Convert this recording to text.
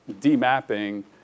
de-mapping